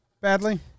badly